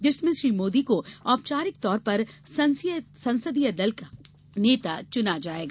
जिसमें श्री मोदी को औपचारिक तौर पर संसदीय दल का नेता चुना जाएगा